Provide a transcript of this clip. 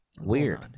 Weird